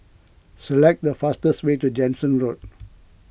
select the fastest way to Jansen Road